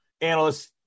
analysts